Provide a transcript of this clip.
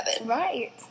right